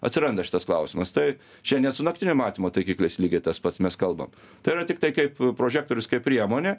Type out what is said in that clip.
atsiranda šitas klausimas tai čia ne su naktinio matymo taikikliais lygiai tas pats mes kalbam tai yra tiktai kaip prožektorius kaip priemonė